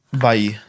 Bye